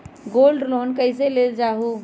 Gold loan कईसे लेल जाहु?